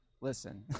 listen